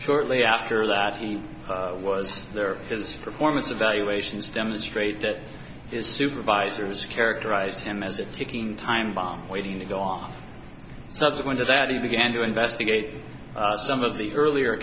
rtly after that he was there is for four months evaluations demonstrate that his supervisors characterized him as a ticking time bomb waiting to go on subsequent to that he began to investigate some of the earlier